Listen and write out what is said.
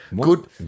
Good